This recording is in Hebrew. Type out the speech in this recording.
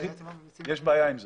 יש בעיה עם זה.